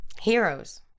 Heroes